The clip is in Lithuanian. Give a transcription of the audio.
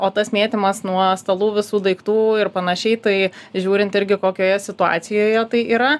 o tas mėtymas nuo stalų visų daiktų ir panašiai tai žiūrint irgi kokioje situacijoje tai yra